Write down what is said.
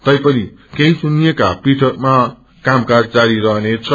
तैपनि केही चुनिएका पीठमा कामकाज जारी रहनेछ